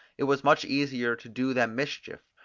it was much easier to do them mischief,